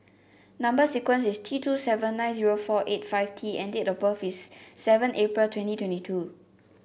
number sequence is T two seven nine zero four eight five T and date of birth is seven April twenty twenty two